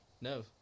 No